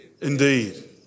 Indeed